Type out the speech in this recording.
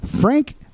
Frank